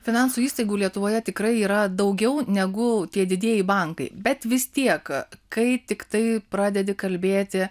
finansų įstaigų lietuvoje tikrai yra daugiau negu tie didieji bankai bet vis tiek kai tiktai pradedi kalbėti